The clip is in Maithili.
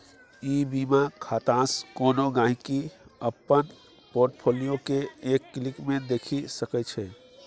ई बीमा खातासँ कोनो गांहिकी अपन पोर्ट फोलियो केँ एक क्लिक मे देखि सकै छै